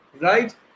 Right